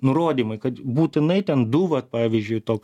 nurodymai kad būtinai ten du vat pavyzdžiui to